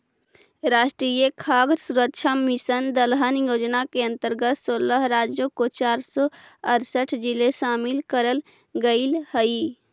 राष्ट्रीय खाद्य सुरक्षा मिशन दलहन योजना के अंतर्गत सोलह राज्यों के चार सौ अरसठ जिले शामिल करल गईल हई